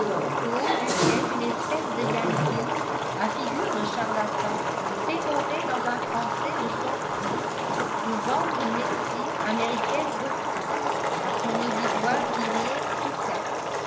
haut duquel une espèce de yankee à figure de charlatan pérorait dans un français de son crû pour vendre une médecine américaine brevetée à son auditoire qui riait sous